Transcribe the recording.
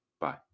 Bye